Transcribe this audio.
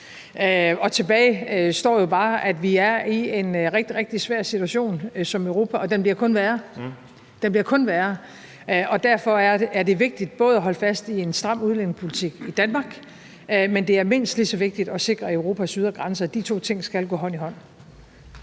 rigtig, rigtig svær situation som Europa, og den bliver kun værre. Den bliver kun værre, og derfor er det vigtigt både at holde fast i en stram udlændingepolitik i Danmark, men det er mindst lige så vigtigt at sikre Europas ydre grænse, og de to ting skal gå hånd i hånd.